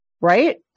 Right